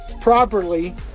properly